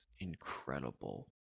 incredible